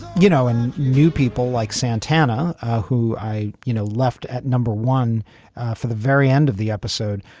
you know and new people like santana who i you know left at number one for the very end of the episode.